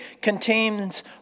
contains